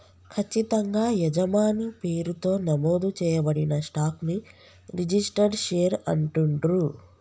ఖచ్చితంగా యజమాని పేరుతో నమోదు చేయబడిన స్టాక్ ని రిజిస్టర్డ్ షేర్ అంటుండ్రు